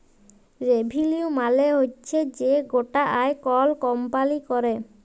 revenue মালে হচ্যে যে গটা আয় কল কম্পালি ক্যরে